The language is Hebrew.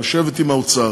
לשבת עם האוצר.